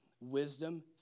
wisdom